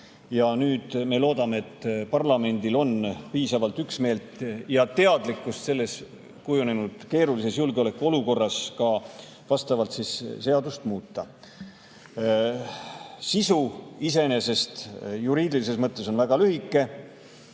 Nüüd me loodame, et parlamendil on piisavalt üksmeelt ja teadlikkust selles kujunenud keerulises julgeolekuolukorras ka vastavalt seadust muuta. Sisu iseenesest juriidilises mõttes on väga lühike.